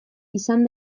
izan